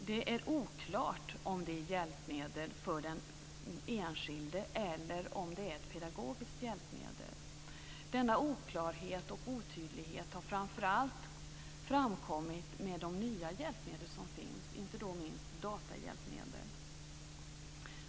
Det år oklart om det är hjälpmedel för den enskilde eller om det är ett pedagogiskt hjälpmedel. Denna oklarhet och otydlighet har framför allt framkommit med de nya hjälpmedel som finns, inte minst datahjälpmedel.